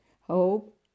Hope